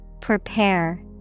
Prepare